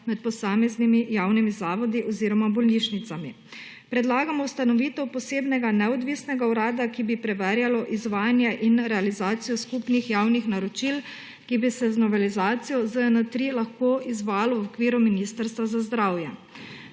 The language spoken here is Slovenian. med posameznimi javnimi zavodi oziroma bolnišnicami. Predlagamo ustanovitev posebnega neodvisnega urada, ki bi preverjalo izvajanje in realizacijo skupnih javnih naročil, ki bi se z novelizacijo ZN-3 lahko izvajalo v okviru Ministrstva za zdravje.